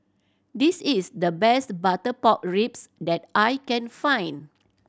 this is the best butter pork ribs that I can find